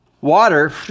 Water